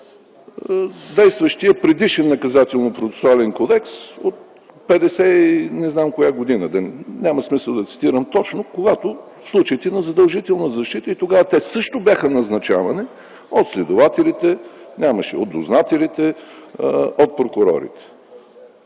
действащия предишен Наказателно-процесуален кодекс от 50 и не знам коя година, няма смисъл да цитирам точно, когато случаите на задължителна защита и тогава те също бяха назначавани от следователите, нямаше ги дознателите, от прокурорите.